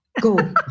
go